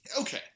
Okay